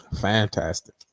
Fantastic